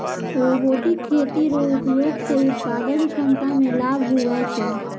robotic खेती रो उपयोग से उत्पादन क्षमता मे लाभ हुवै छै